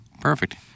Perfect